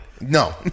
No